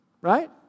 right